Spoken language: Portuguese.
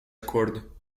acordo